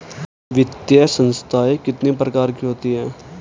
वित्तीय संस्थाएं कितने प्रकार की होती हैं?